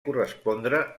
correspondre